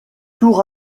tour